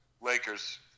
Lakers